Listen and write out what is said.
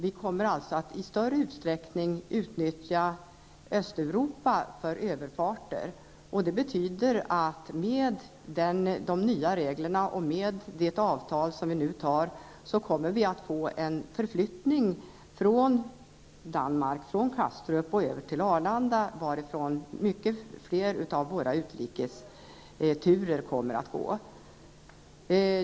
Vi kommer alltså att i större utsträckning utnyttja Östeuropa för överfarter. Det betyder att med de nya reglerna och det avtal som vi nu antar kommer vi att få en förflyttning från Danmark, Kastrup, över till Arlanda, varifrån många fler av våra utrikesturer kommer att gå.